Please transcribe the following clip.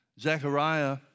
Zechariah